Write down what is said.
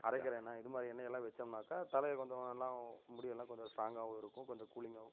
அரைக்கிற எண்ணெய் இது மாதிரி எண்ணெயெல்லாம் வைச்சம்னாக்கா தலையை கொஞ்சம் நல்லா எல்லாம் முடியெல்லாம் கொஞ்சம் ஸ்ட்ராங்காகவும் இருக்கும் கொஞ்சம் கூலிங்காகவும்